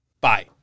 Bye